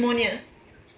pneumonia